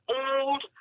old